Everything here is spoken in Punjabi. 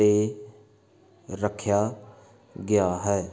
'ਤੇ ਰੱਖਿਆ ਗਿਆ ਹੈ